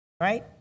right